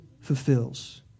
fulfills